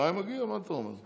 שניים מגיע, מה אתה אומר.